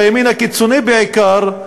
והימין הקיצוני בעיקר,